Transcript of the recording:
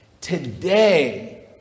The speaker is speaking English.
Today